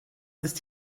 ist